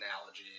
analogy